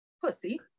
pussy